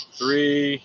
three